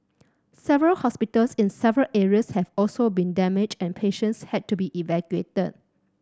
several hospitals in several areas have also been damaged and patients had to be evacuated